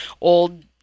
old